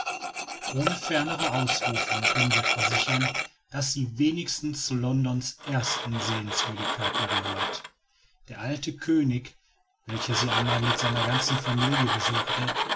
ohne fernere ausrufungen können wir versichern daß sie wenigstens zu londons ersten sehenswürdigkeiten gehört der alte könig welcher sie einmal mit seiner ganzen familie besuchte